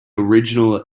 original